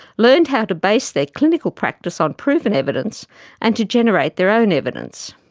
learned how to base their clinical practice on proven evidence and to generate their own evidence.